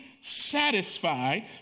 satisfied